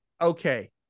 okay